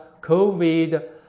COVID